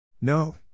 No